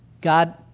God